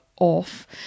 off